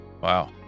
Wow